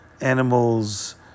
animals